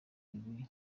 ibi